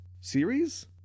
series